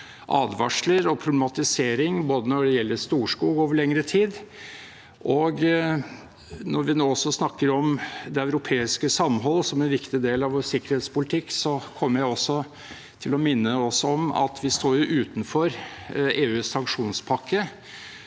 advarsler og problematisering over lengre tid når det gjelder Storskog. Når vi nå snakker om det europeiske samhold som en viktig del av vår sikkerhetspolitikk, kommer jeg også til å minne oss om at vi står utenfor EUs sanksjonspakke.